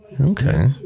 okay